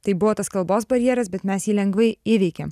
tai buvo tas kalbos barjeras bet mes jį lengvai įveikėm